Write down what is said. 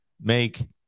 make